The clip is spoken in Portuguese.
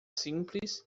simples